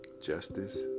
justice